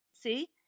see